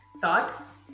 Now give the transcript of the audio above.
Thoughts